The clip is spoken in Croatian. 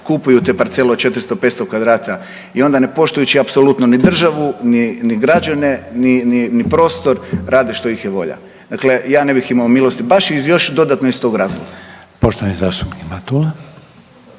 kupuju te parcele od 400, 500 kvadrata i onda ne poštujući apsolutno ni državu ni građane ni prostor, rade što ih je volja. Dakle ja ne bih imao milosti baš iz još dodatno iz tog razloga. **Reiner,